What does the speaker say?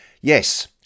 Yes